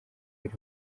riri